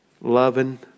loving